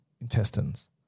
intestines